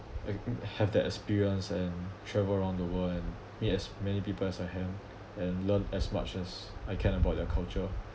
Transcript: ac~ have that experience and travel around the world and meet as many people as I can and learn as much as I can about their culture